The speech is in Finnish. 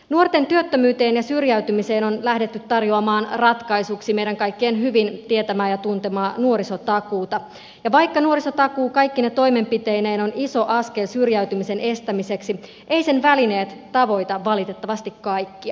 nuorten työttömyyteen ja syrjäytymiseen on lähdetty tarjoamaan ratkaisuksi meidän kaikkien hyvin tietämää ja tuntemaa nuorisotakuuta ja vaikka nuorisotakuu kaikkine toimenpiteineen on iso askel syrjäytymisen estämiseksi eivät sen välineet tavoita valitettavasti kaikkia